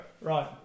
Right